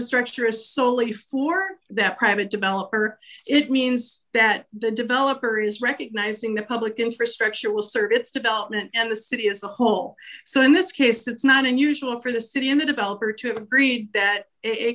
structure is solely for that private developer it means that the developer is recognizing the public infrastructure will serve its development and the city as a whole so in this case it's not unusual for the city in the developer to agree that it